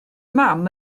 mam